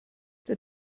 der